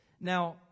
Now